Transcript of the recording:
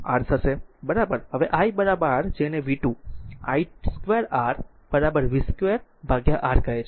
તેથી i r જેને v2 i2 R v2R કહે છે